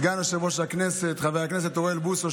סגן יושב-ראש הכנסת חבר הכנסת אוריאל בוסו,